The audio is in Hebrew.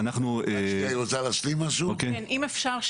אם אפשר,